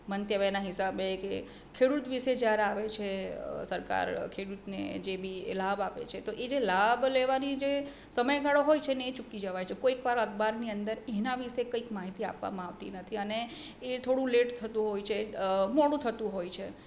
મંતવ્યના હિસાબે કે ખેડુત વિષે જ્યારે આવે છે સરકાર ખેડુતને જે બી લાભ આપે છે તો એ જે લાભ લેવાની જે સમયગાળો હોય છે ને એ ચૂકી જવાય છે કોઈક વાર અખબારની અંદર એના વિશે કંઈક માહિતી આપવામાં આવતી નથી અને એ થોડું લેટ થતું હોય છે મોડું થતું હોય છે